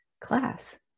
class